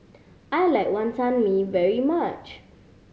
I like Wonton Mee very much